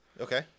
Okay